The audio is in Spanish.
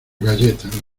galletas